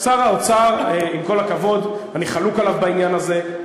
שר האוצר, עם כל הכבוד, אני חלוק עליו בעניין הזה.